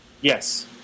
Yes